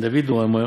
בדוד הוא אומר